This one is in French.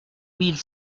mille